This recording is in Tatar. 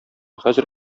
хәзер